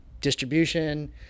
distribution